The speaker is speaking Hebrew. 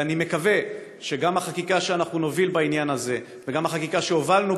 ואני מקווה שגם החקיקה שנוביל בעניין הזה וגם החקיקה שהובלנו